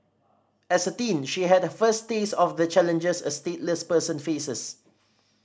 as a teen she had her first taste of the challenges a stateless person faces